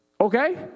Okay